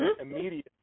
immediately